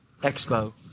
expo